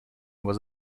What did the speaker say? was